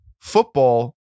Football